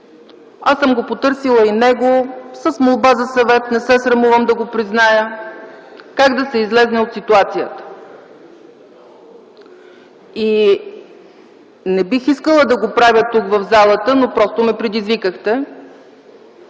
аз съм потърсила и него с молба за съвет - не се срамувам да го призная, как да се излезе от ситуацията. Не бих искала да го правя тук, в залата, но просто ме предизвикахте.